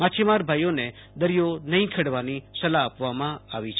માછીમાર ભાઈઓને દરિથો નહીં ખેડવાની સલાહ આપવામાં આવી છે